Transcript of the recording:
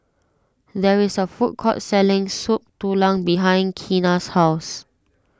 there is a food court selling Soup Tulang behind Kenna's house